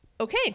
okay